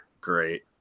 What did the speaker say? great